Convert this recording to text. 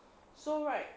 so right